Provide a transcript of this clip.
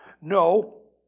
No